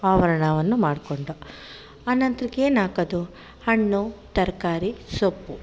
ಆವರಣವನ್ನು ಮಾಡ್ಕೊಂಡೋ ಆ ನಂತ್ರಕ್ಕೆ ಏನ್ಹಾಕೋದು ಹಣ್ಣು ತರಕಾರಿ ಸೊಪ್ಪು